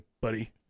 buddy